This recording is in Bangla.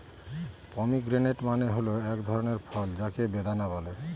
পমিগ্রেনেট মানে হল এক ধরনের ফল যাকে বেদানা বলে